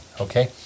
Okay